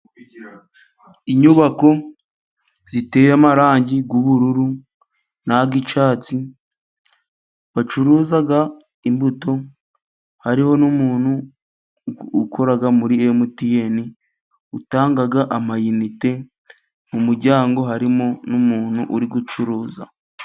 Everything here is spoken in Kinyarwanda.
Inyubako ziteye amarangi y'ubururu n'ay'icyatsi, bacuruza imbuto, hariho n' umuntu ukora muri Emutiyeni utanga amayinite, mu muryango harimo n'umuntu uri gucuruza.